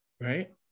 right